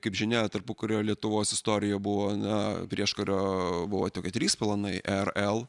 kaip žinia tarpukario lietuvos istorija buvo na prieškario buvo tokie trys planai rl